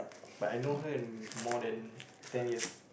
but I know her and more than ten years